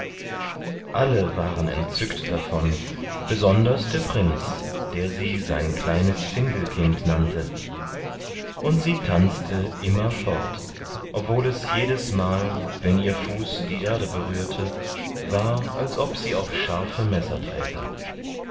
alle waren entzückt davon besonders der prinz der sie sein kleines findelkind nannte und sie tanzte immer fort obwohl es jedesmal wenn ihr fuß die erde berührte war als ob sie auf scharfe messer träte